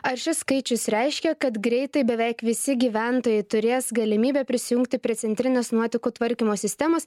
ar šis skaičius reiškia kad greitai beveik visi gyventojai turės galimybę prisijungti prie centrinės nuotekų tvarkymo sistemos